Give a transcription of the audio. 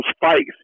fights